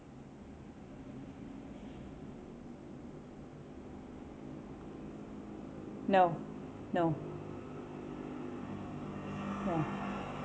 no no ya